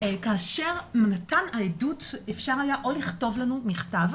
כאשר העדות יכלה להגיע אלינו או במכתב,